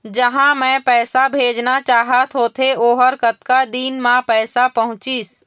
जहां मैं पैसा भेजना चाहत होथे ओहर कतका दिन मा पैसा पहुंचिस?